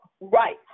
right